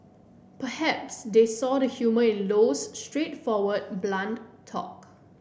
perhaps they saw the humour in Low's straightforward blunt talk